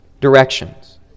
directions